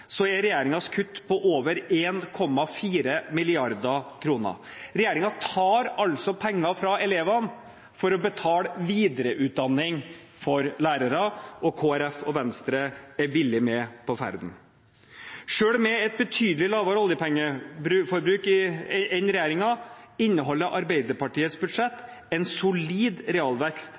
er regjeringens kutt på over 1,4 mrd. kr. Regjeringen tar altså penger fra elevene for å betale videreutdanning for lærere, og Kristelig Folkeparti og Venstre er villig med på ferden. Selv med et betydelig lavere oljepengeforbruk enn regjeringens inneholder Arbeiderpartiets budsjett en solid realvekst